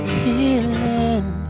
healing